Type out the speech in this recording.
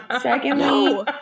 Secondly